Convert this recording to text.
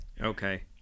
Okay